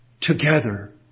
together